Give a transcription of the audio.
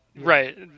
right